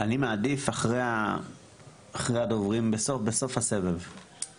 אני מעדיף אחרי הדוברים בסוף, בסוף הסבב.